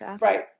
right